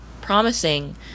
promising